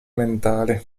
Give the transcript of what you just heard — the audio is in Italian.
mentali